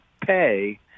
pay